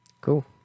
Cool